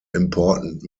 important